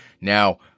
Now